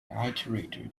iterator